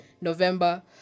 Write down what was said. November